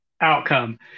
outcome